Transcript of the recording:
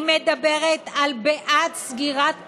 היא מדברת על בעד סגירת פערים: